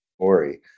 story